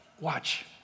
Watch